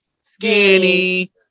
skinny